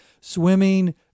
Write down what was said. Swimming